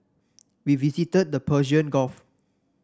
we visited the Persian Gulf